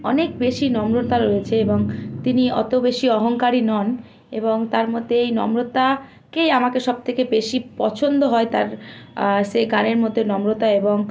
অনেক বেশি নম্রতা রয়েছে এবং তিনি অত বেশি অহংকারী নন এবং তার মধ্যে এই নম্রতাকেই আমাকে সবথেকে বেশি পছন্দ হয় তার সে গানের মধ্যে নম্রতা এবং